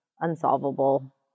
unsolvable